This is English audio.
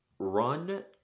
Run